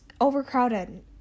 overcrowded